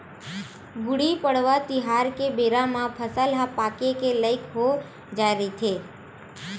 गुड़ी पड़वा तिहार के बेरा म फसल ह पाके के लइक हो जाए रहिथे